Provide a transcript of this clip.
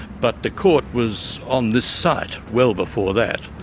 but the court was on this site well before that.